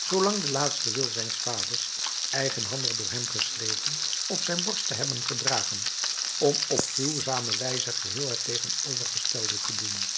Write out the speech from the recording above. zoo lang den laatsten wil zijns vaders eigenhandig door hem geschreven op zijn borst te hebben gedragen om op gruwzame wijze geheel het tegenovergestelde te doen